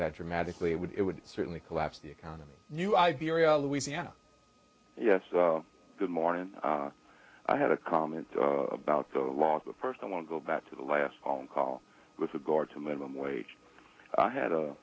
that dramatically would it would certainly collapse the economy new iberia louisiana yes good morning i had a comment about the law the person i want to go back to the last phone call with regard to minimum wage i had a